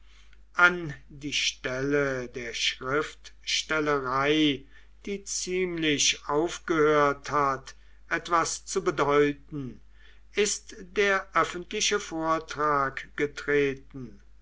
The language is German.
an die stelle der schriftstellerei die ziemlich aufgehört hat etwas zu bedeuten ist der öffentliche vortrag getreten